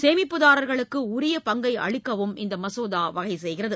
சேமிப்புதாரர்களுக்கு உரிய உபங்கை அளிக்கவும் மசோதா வகை செய்கிறது